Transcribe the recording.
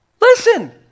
listen